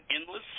endless